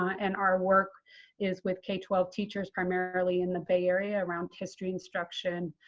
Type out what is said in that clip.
and our work is with k twelve teachers, primarily in the bay area around history instruction,